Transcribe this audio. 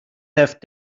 have